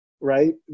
right